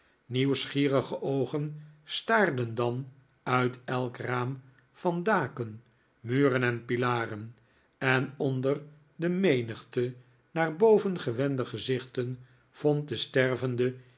nieuwsgierige oogen staarden dan uit elk raam van daken muren en pilaren en onder de menigte naar boven gewende gezichten vond de stervende